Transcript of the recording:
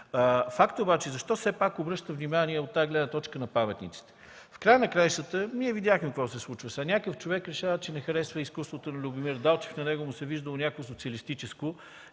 Ваша задача. Защо все пак обръщам внимание на паметниците? В края на краищата ние видяхме какво се случва сега. Някакъв човек решава, че не харесва изкуството на Любомир Далчев. На него му се е виждало някакво социалистическо